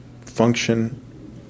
function